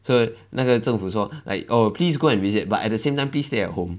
so 那个政府说 like oh please go and visit but at the same time please stay at home